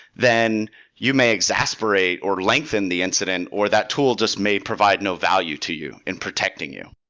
then you may exasperate or lengthen the incident, or that tool just may provide no value to you in protecting you.